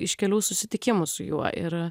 iš kelių susitikimų su juo ir